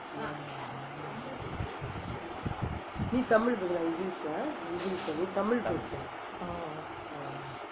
mm